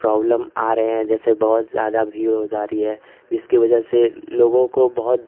problem आ रही है जैसे बहुत ज़्यादा भीड़ हो जा रही है जिसकी वज़ह से लोगों को बहुत